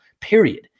period